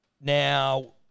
Now